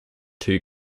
two